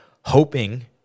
hoping